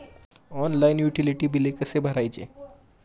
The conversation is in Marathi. ऑनलाइन युटिलिटी बिले कसे भरायचे?